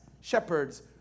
shepherds